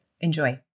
Enjoy